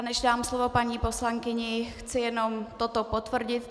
Než dám slovo paní poslankyni, chci jenom toto potvrdit.